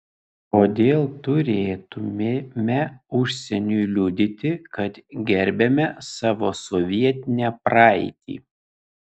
kodėl turėtumėme užsieniui liudyti kad gerbiame savo sovietinę praeitį